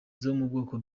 bwoko